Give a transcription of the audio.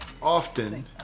often